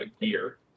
gear